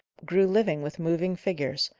grew living with moving figures,